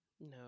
No